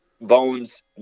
Bones